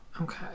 Okay